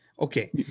okay